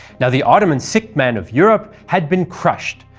yeah the ottoman sick man of europe had been crushed,